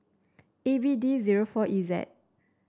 A B D zero four E Z